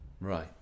right